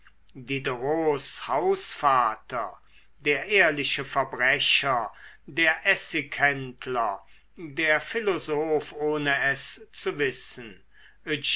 diderots hausvater der ehrliche verbrecher der essighändler der philosoph ohne es zu wissen